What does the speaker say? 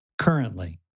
Currently